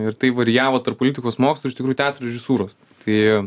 ir tai varijavo tarp politikos mokslų ir iš tikrųjų teatro režisūros tai